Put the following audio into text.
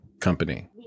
company